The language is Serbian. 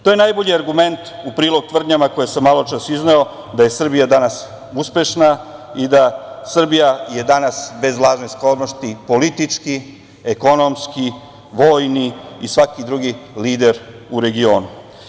To je najbolji argument u prilog tvrdnjama koje sam maločas izneo, da je Srbija danas uspešna i da je Srbija danas, bez lažne skromnosti, politički, ekonomski, vojni i svaki drugi lider u regionu.